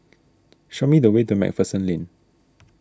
show me the way to MacPherson Lane